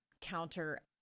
counter